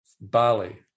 Bali